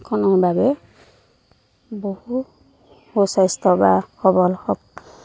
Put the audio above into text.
খনৰ বাবে বহু সু স্বাস্থ্য বা সবল হ